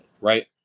right